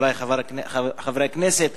חברי חברי הכנסת,